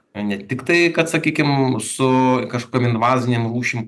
ne tiktai kad sakykim su kažkokiom invazinėm rūšim